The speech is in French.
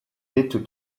dettes